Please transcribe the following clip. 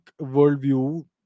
worldview